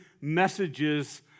messages